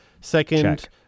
Second